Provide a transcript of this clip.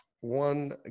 One